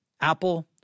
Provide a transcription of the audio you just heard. Apple